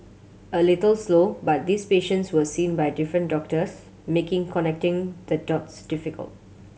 a little slow but these patients were seen by different doctors making connecting the dots difficult